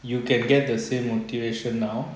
you can get the same motivation now